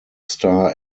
star